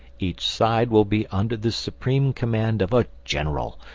each side will be under the supreme command of a general,